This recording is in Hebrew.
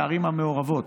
הערים המעורבות,